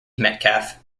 metcalfe